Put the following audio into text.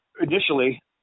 initially